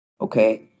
okay